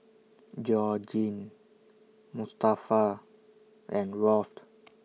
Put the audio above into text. Georgine Mustafa and Rolf